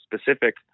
specific